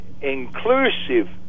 inclusive